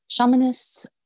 shamanists